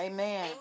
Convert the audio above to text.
Amen